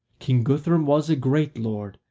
king guthrum was a great lord,